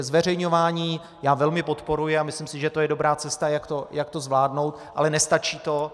Zveřejňování já velmi podporuji a myslím si, že to je dobrá cesta, jak to zvládnout, ale nestačí to.